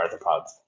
arthropods